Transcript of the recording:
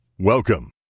Welcome